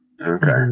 Okay